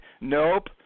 nope